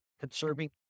conserving